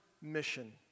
mission